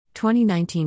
2019